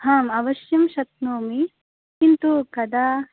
आम् अवश्यं शक्नोमि किन्तु कदा